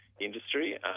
industry